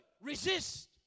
Resist